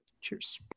Cheers